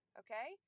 okay